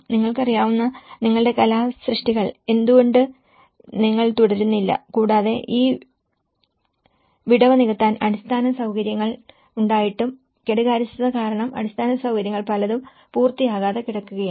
നിങ്ങൾക്ക് അറിയാവുന്ന നിങ്ങളുടെ കലാസൃഷ്ടികൾ എന്തുകൊണ്ട് നിങ്ങൾ തുടരരുന്നില്ല കൂടാതെ ഈ വിടവ് നികത്താൻ അടിസ്ഥാന സൌകര്യങ്ങൾ ഉണ്ടായിട്ടുo കെടുകാര്യസ്ഥത കാരണം അടിസ്ഥാന സൌകര്യങ്ങൾ പലതും പൂർത്തിയാകാതെ കിടക്കുകയാണ്